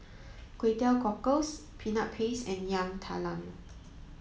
Kway Teow Cockles peanut paste and Yam Talam